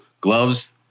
gloves